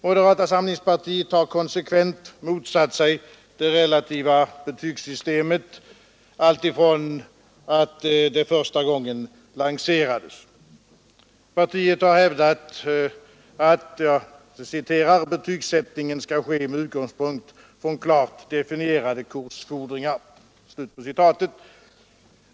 Moderata samlingspartiet har konsekvent motsatt sig det relativa betygssystemet alltsedan det första gången lanserades. Partiet har hävdat att ”betygsättningen skall ske med utgångspunkt från klart definierade kursfordringar”.